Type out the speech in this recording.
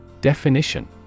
Definition